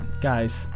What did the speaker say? Guys